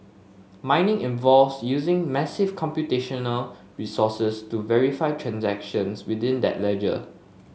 mining involves using massive computational resources to verify transactions within that ledger